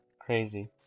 Crazy